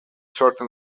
certain